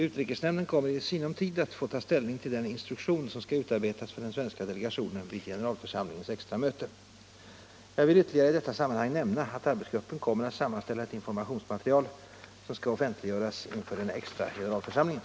Utrikesnämnden kommer i sinom tid att få ta ställning till den instruktion som skall utarbetas för den svenska delegationen vid generalförsamlingens extra möte. Jag vill ytterligare i detta sammanhang nämna att arbetsgruppen kommer att sammanställa ett informationsmaterial som skall offentliggöras inför den extra generalförsamlingen.